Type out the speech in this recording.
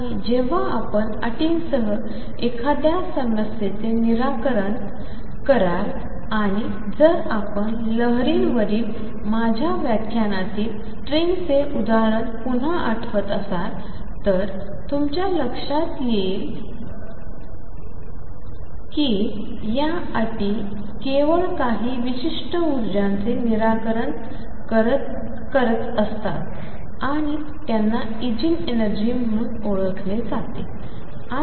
आणि जेव्हा आपण अटींसह एखाद्या समस्येचे निराकरण कराल आणि जर आपण लहरीवरील माझ्या व्याख्यानातील स्ट्रिंगचे उदाहरण पुन्हा आठवत असाल तरतुमच्या लक्ष्यात येईल कि या अटी केवळ काही विशिष्ट ऊर्जांचेच निराकरण करतात आणि त्यांना इगेन एनर्जी म्हणून ओळखले जाते